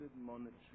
monetary